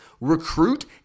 recruit